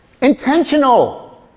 Intentional